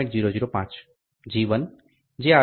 005 G1 55